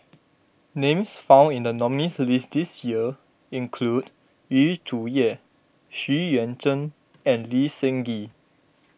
names found in the nominees' list this year include Yu Zhuye Xu Yuan Zhen and Lee Seng Gee